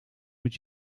moet